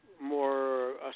more